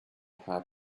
hard